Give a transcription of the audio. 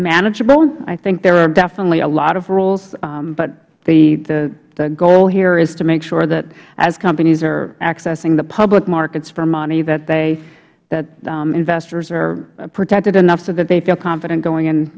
manageable i think there are definitely a lot of rules but the goal here is to make sure that as companies are accessing the public markets for money that they that investors are protected enough so that they feel confident going in